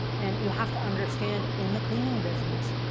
and you have to understand in the cleaning business,